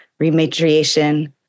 rematriation